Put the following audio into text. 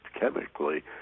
chemically